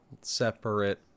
separate